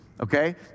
Okay